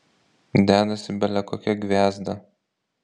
dedasi bele kokia gviazda